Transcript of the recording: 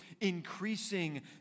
increasing